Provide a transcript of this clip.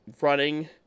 running